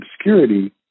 obscurity